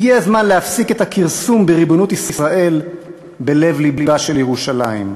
הגיע הזמן להפסיק את הכרסום בריבונות ישראל בלב-לבה של ירושלים.